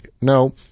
No